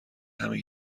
همین